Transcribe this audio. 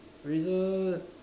Razer